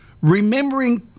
remembering